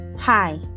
hi